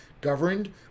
governed